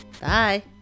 Bye